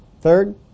Third